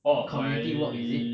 community work is it